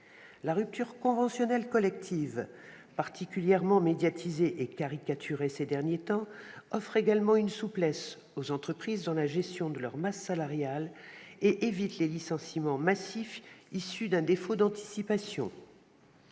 La rupture conventionnelle collective, particulièrement médiatisée et caricaturée ces derniers temps, offre également de la souplesse aux entreprises dans la gestion de leur masse salariale et évitera les licenciements massifs issus d'un défaut d'anticipation.